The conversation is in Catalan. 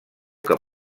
que